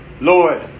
Lord